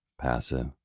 passive